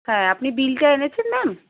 হ্যাঁ আপনি বিলটা এনেছেন ম্যাম